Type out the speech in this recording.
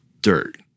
dirt